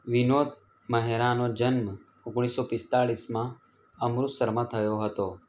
વિનોદ મહેરાનો જન્મ ઓગણીસસો પિસ્તાળીસમાં અમૃતસરમાં થયો હતો